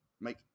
make